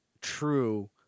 true